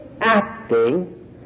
acting